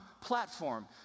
platform